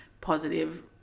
positive